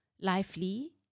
lively